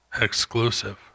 exclusive